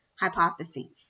hypotheses